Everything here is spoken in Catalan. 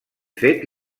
fet